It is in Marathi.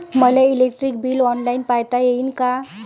मले इलेक्ट्रिक बिल ऑनलाईन पायता येईन का?